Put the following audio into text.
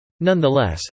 Nonetheless